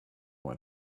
want